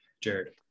Jared